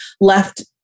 left